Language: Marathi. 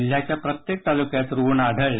जिल्ह्याच्या प्रत्येक तालुक्यात रुग्ण आढळले